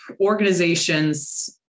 organizations